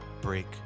break